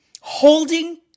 holding